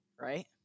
right